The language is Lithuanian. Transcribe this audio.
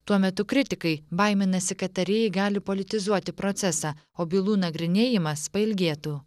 tuo metu kritikai baiminasi kad tarėjai gali politizuoti procesą o bylų nagrinėjimas pailgėtų